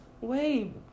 Wait